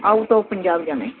out of Punjab ਜਾਣਾ